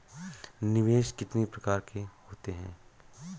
निवेश कितनी प्रकार के होते हैं?